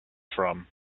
from